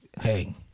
Hey